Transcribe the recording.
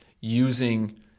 using